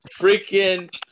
freaking